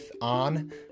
on